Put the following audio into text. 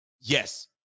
Yes